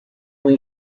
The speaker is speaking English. when